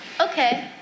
okay